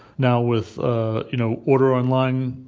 now with ah you know order online,